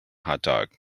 hotdog